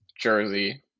jersey